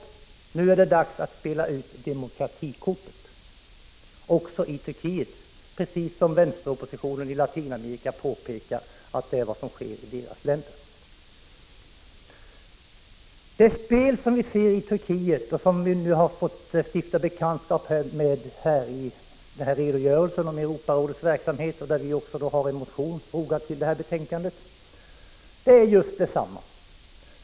Det är dags att spela ut demokratikortet också i Turkiet, precis som vänsteroppositionen i Latinamerika påpekar att det är vad som sker i deras länder. Det spel som vi ser i Turkiet och som vi nu har fått stifta bekantskap med i redogörelsen för Europarådets verksamhet är just detsamma.